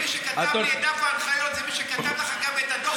מי שכתב לי את דף ההנחיות זה מי שכתב לך גם את דוח